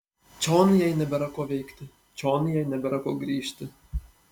čion jai nebėra ko veikti čion jai nebėra ko grįžti